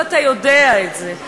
ואתה יודע את זה,